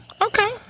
Okay